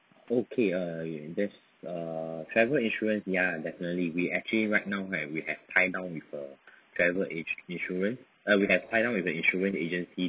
okay ah there's uh travel insurance ya definitely we actually right now right we have tied down with a travel age~ insurance uh we have tied down with a insurance agency